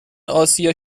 اسیا